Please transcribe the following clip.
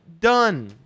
Done